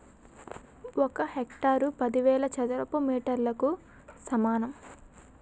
ఒక హెక్టారు పదివేల చదరపు మీటర్లకు సమానం